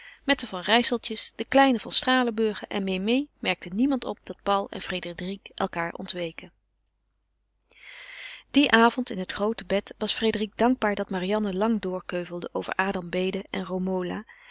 met de van rijseltjes de kleine van stralenburgen en mémée merkte niemand op dat paul en frédérique elkaâr ontweken dien avond in het groote bed was frédérique dankbaar dat marianne lang doorkeuvelde over adam bede en